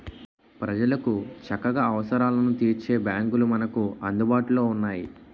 ప్రజలకు చక్కగా అవసరాలను తీర్చే బాంకులు మనకు అందుబాటులో ఉన్నాయి